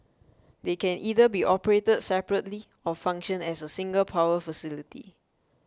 they can either be operated separately or function as a single power facility